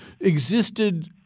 existed